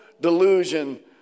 delusion